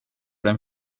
den